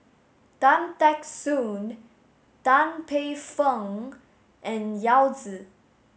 Tan Teck Soon Tan Paey Fern and Yao Zi